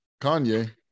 kanye